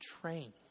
train